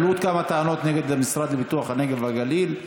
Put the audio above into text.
עלו עוד כמה טענות נגד המשרד לפיתוח הנגב והגליל.